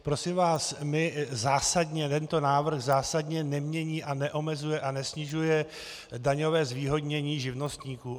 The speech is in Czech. Prosím vás, tento návrh zásadně nemění a neomezuje a nesnižuje daňové zvýhodnění živnostníků.